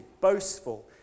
boastful